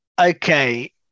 Okay